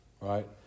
right